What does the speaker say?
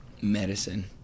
medicine